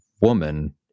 woman